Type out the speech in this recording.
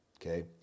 okay